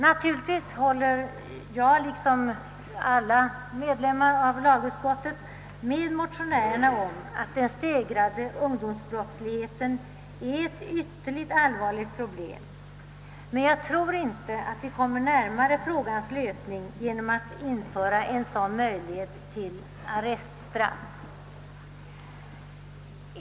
Naturligtvis är jag liksom alla medlemmar i lagutskottet ense med motionärerna om att den stegrade ungdomsbrottsligheten är ett ytterligt allvarligt problem, men jag tror inte att vi kommer närmare frågans lösning genom att införa en möjlighet till arreststraff.